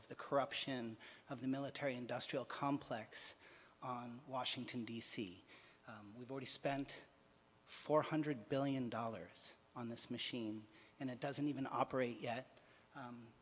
of the corruption of the military industrial complex on washington d c we've already spent four hundred billion dollars on this machine and it doesn't even operate